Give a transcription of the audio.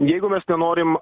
jeigu mes nenorim